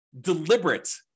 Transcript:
deliberate